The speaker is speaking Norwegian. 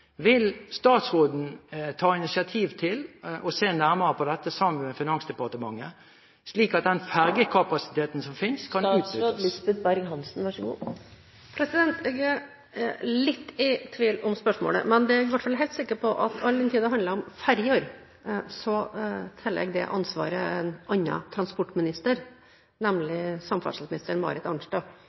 Vil statsråden ta initiativ til å se nærmere på dette sammen med Finansdepartementet, slik at den ferjekapasiteten som finnes, kan utnyttes? Jeg er litt i tvil om spørsmålet, men det jeg i hvert fall er helt sikker på, er at all den tid det handler om ferger, tilligger det ansvaret en annen transportminister, nemlig samferdselsminister Marit Arnstad.